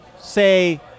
say